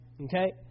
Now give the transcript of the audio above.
Okay